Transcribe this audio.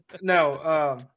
no